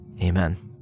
Amen